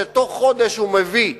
שבתוך חודש הוא מביא,